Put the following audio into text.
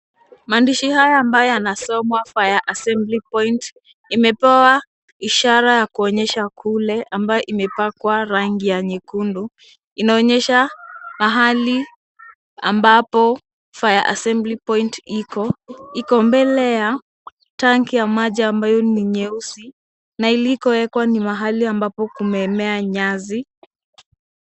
Maandishi haya ambayo yanasoma fire assembly point imepewa ishara ya kuonyesha kule ambayo imepakwa rangi ya nyekundu inaonyesha pahali ambapo fire assembly point iko. Iko mbele ya tanki ya maji ambayo ni nyeusi na ilikowekwa ni mahali ambako kumemea nyasi.